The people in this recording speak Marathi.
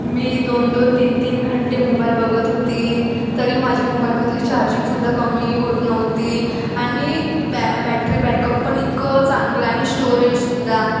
मी दोन दोन तीन तीन घंटे मोबाईल बघत होती तरी माझ्या मोबाईलमधली चार्जिंग सुद्धा कमी होत नव्हती आणि बॅ बॅटरी बॅकअप पण इतकं चांगलं आणि स्टोरेज सुद्धा